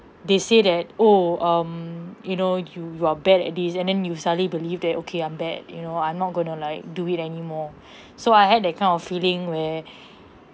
they say that oh um you know you you're bad at this and then you suddenly believe that okay I'm bad you know I'm not going to like do it anymore so I had that kind of feeling where